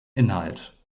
inhalt